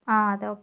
ആ അത് ഓക്കെ